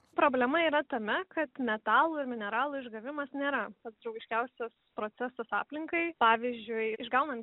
problema yra tame kad metalų ir mineralų išgavimas nėra pats draugiškiausias procesas aplinkai pavyzdžiui išgaunant